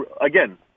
again